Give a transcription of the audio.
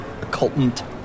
occultant